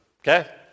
Okay